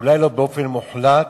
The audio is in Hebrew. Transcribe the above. אולי לא באופן מוחלט,